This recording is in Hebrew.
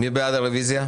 מי בעד הרביזיה?